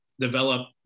develop